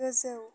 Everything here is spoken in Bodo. गोजौ